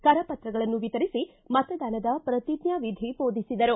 ಕರಪತ್ರಗಳನ್ನು ವಿತರಿಸಿ ಮತದಾನದ ಪ್ರತಿಚ್ಞಾ ವಿಧಿ ಬೋಧಿಸಿದರು